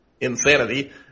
insanity